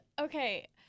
Okay